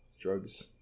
drugs